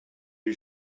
you